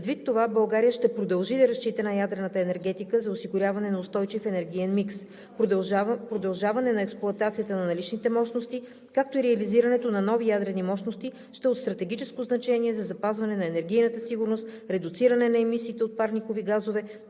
Предвид това, България ще продължи да разчита на ядрената енергетика за осигуряване на устойчив енергиен микс, продължаване на експлоатацията на наличните мощности, както и реализирането на нови ядрени мощности ще е от стратегическо значение за запазване на енергийната сигурност, редуциране на емисиите от парникови газове,